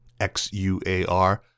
XUAR